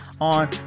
on